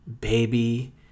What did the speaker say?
baby